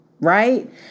right